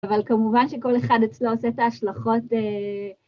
אבל כמובן שכל אחד אצלו עושה את ההשלכות.